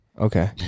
Okay